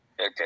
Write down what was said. Okay